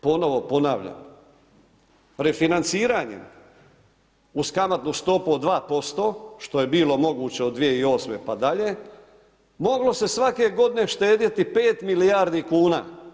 Ponovo ponavljam, refinanciranjem uz kamatnu stopu od 2% što je bilo moguće od 2008. pa dalje moglo se svake godine štedjeti 5 milijardi kuna.